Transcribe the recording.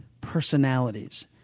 personalities